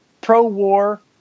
pro-war